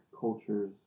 cultures